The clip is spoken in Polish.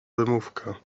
wymówka